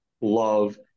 love